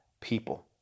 people